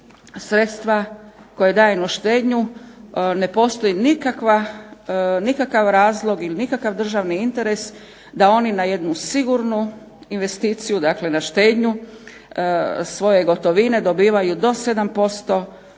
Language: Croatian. sredstva koja na daju na štednju ne postoji nikakav razlog ili nikakav državni interes da oni na jednu sigurnu investiciju, dakle na štednju svoje gotovine dobivaju do 7%